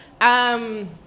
Um-